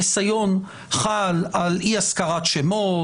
החיסיון חל על אי הזכרת שמות,